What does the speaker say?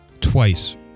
twice